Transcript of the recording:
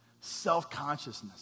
self-consciousness